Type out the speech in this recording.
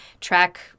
track